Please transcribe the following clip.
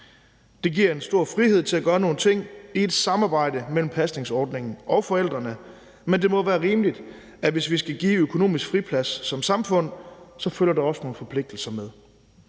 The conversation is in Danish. Det giver en stor frihed til at gøre nogle ting i et samarbejde mellem pasningsordningen og forældrene, men det må være rimeligt, at hvis vi skal give økonomisk friplads som samfund, følger der også nogle forpligtelser med.